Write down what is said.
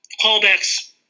callbacks